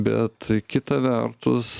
bet kita vertus